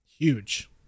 Huge